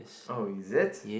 oh is it